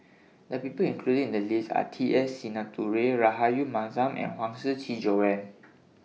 The People included in The list Are T S Sinnathuray Rahayu Mahzam and Huang Shiqi Joan